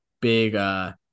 big